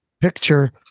picture